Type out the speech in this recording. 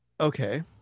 Okay